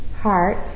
heart